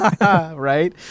Right